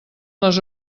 les